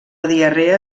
diarrea